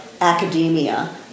academia